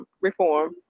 reform